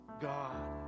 God